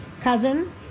cousin